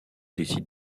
décide